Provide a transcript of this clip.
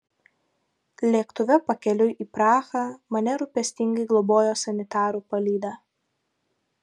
lėktuve pakeliui į prahą mane rūpestingai globojo sanitarų palyda